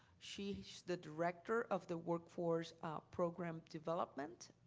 she's the director of the workforce program development.